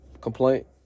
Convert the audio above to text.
complaint